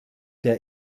der